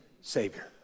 Savior